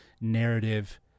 narrative